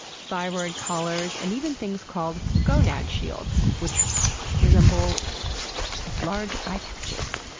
thyroid collars. and even things called gonad shields which resemble like large eye patches.